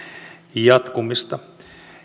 jatkumista